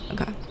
okay